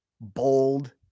bold